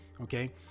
okay